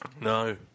No